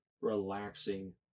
relaxing